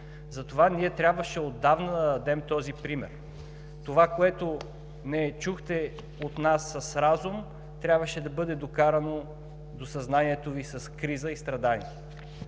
затова ние трябваше отдавна да дадем този пример. Това, което не чухте от нас с разум, трябваше да бъде докарано до съзнанието Ви с криза и страдание.